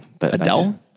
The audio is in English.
Adele